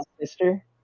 sister